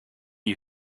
you